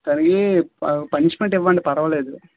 తనకి పనిష్మెంట్ ఇవ్వండి పర్వాలేదు